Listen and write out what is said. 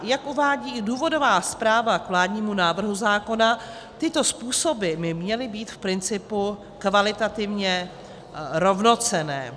Jak uvádí důvodová zpráva k vládnímu návrhu zákona, tyto způsoby by měly být v principu kvalitativně rovnocenné.